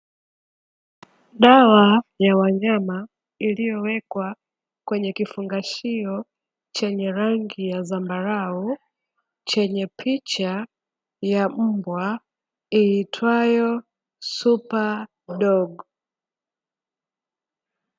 Dawa ya wanyama iliyowekwa kwenye kifungashio chenye rangi ya zambarau, chenye picha ya mbwa iitwayo ''superdog''.